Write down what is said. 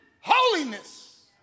holiness